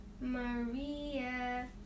Maria